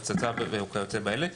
פצצה וכיוצא באלה,